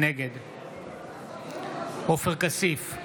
נגד עופר כסיף,